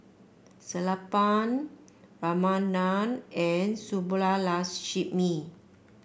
Sellapan Ramanand and Subbulakshmi